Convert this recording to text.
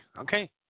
okay